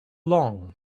long